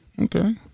Okay